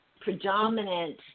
predominant